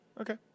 Okay